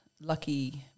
lucky